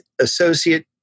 associate